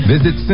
Visit